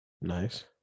Nice